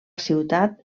ciutat